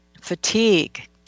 fatigue